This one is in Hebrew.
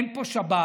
אין פה שבת,